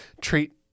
treat